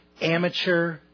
amateur